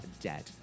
dead